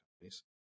companies